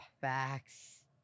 facts